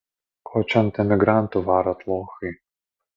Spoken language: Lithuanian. ko čia ant emigrantų varot lochai